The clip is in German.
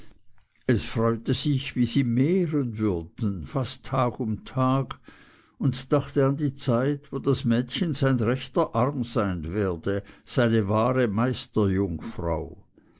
es freute sich wie sie mehren würden fast tag um tag und dachte an die zeit wo das mädchen sein rechter arm sein werde seine wahre